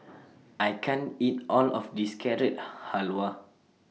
I can't eat All of This Carrot Halwa